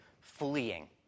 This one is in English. fleeing